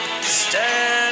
Stand